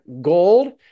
Gold